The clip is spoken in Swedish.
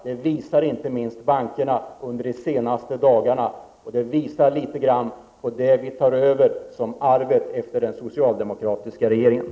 Det har inte minst bankerna visat under de senaste dagarna. Det visar litet grand på det arv vi har tagit över från den socialdemokratiska regeringen.